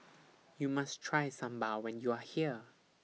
YOU must Try Sambar when YOU Are here